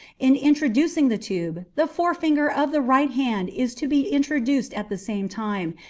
in introducing the tube, the forefinger of the right hand is to be introduced at the same time,